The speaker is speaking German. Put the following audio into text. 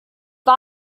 war